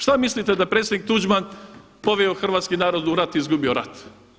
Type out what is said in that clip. Šta mislite da je predsjednik Tuđman poveo hrvatski narod u rat i izgubio rat?